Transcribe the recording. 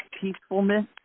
peacefulness